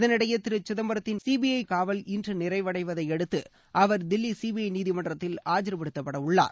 இதனிடையே திரு சிதம்பரத்தின் சிபிஐ காவல் இன்று நிறைவடைவதையடுத்து அவர் தில்லி சிபிஐ நீதிமன்றத்தில் ஆஜர்படுத்தப்படவுள்ளார்